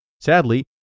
Sadly